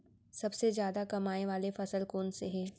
सबसे जादा कमाए वाले फसल कोन से हे?